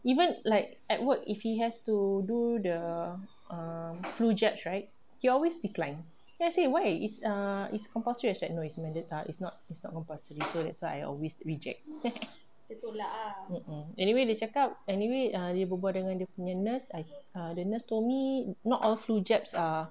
even like at work if he has to do the um flu jabs right he always decline then I say why it's err it's compulsory he's like no it's man~ it's not it's not compulsory so that's why I always reject (uh huh) anyway dia cakap anyway dia berbual dengan dia punya nurse um the nurse told me not all flu jabs are